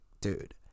dude